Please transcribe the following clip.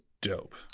dope